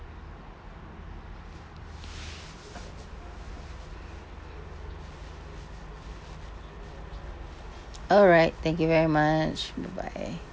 alright thank you very much bye bye